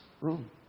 room